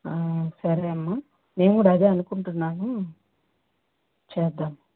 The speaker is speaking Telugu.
సరే అమ్మ నేను కూడ అదే అనుకుంటున్నాను చేద్దాము